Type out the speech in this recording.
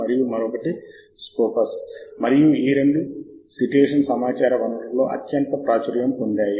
మరియు ఇది మనము జోడించిన అనేక వస్తువులు మరియు మన వద్ద ఉన్న వస్తువులతో పూర్తి చేయని లింక్ అనుకున్నవన్నీ ఇక్కడ జాబితా చేయబడ్డాయి